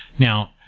now,